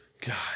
God